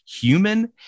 human